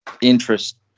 interest